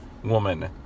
woman